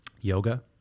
Yoga